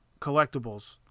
collectibles